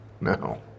no